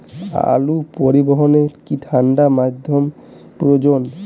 আলু পরিবহনে কি ঠাণ্ডা মাধ্যম প্রয়োজন?